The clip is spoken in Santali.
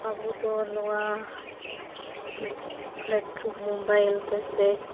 ᱟᱵᱚᱫᱚ ᱱᱚᱣᱟ ᱞᱟᱹᱴᱩ ᱢᱳᱵᱟᱭᱤᱞ ᱛᱮ ᱥᱮ